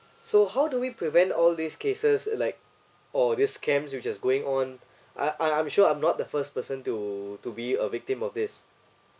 so how do we prevent all these cases like all these scams you just going on I I I'm sure I'm not the first person to to be a victim of this